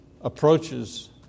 approaches